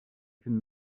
qu’une